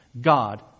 God